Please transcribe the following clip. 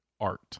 art